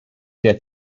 der